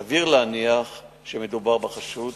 סביר להניח שמדובר בחשוד